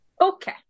Okay